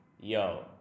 Yo